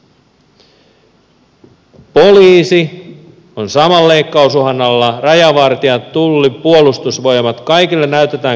poliisi on saman leikkausuhan alla rajavartijat tulli puolustusvoimat kaikille näytetään kylmää kättä